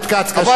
חבר הכנסת כץ,